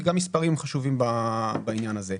כי גם מספרים חשובים בעניין הזה.